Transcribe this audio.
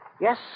Yes